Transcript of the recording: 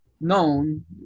known